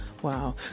Wow